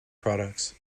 products